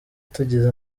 tugize